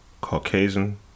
Caucasian